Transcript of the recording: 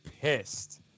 pissed